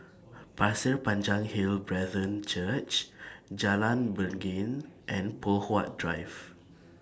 Pasir Panjang Hill Brethren Church Jalan Beringin and Poh Huat Drive